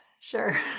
sure